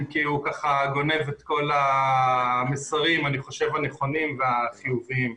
כי הוא גונב את כל המסרים הנכונים והחיוביים.